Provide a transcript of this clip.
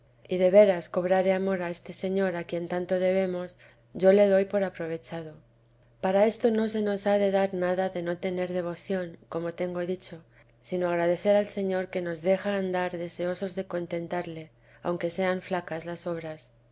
y de veras cobrare amor a este señor a quien tanto debemos yo le doy por aprovechado para esto no se nos ha de dar nada de no tener devoción como tengo dicho sino agradecer al señor que nos deja andar deseosos de contentarle aunque sean flacas las obras